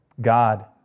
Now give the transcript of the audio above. God